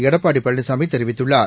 எடப்பாடி பழனிசாமி தெரிவித்துள்ளார்